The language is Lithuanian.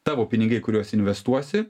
tavo pinigai kuriuos investuosi